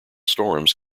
storms